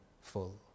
full